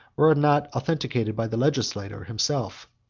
were it not authenticated by the legislator himself.